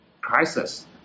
crisis